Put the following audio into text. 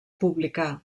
publicar